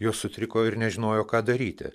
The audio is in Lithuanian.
jos sutriko ir nežinojo ką daryti